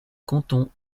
canton